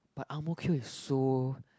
but Ang-Mo-Kio is so